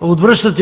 отвръщат: